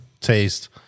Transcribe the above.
taste